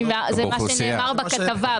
זה מה שנאמר בכתבה.